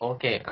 Okay